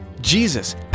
Jesus